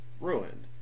ruined